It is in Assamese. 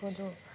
গ'লোঁ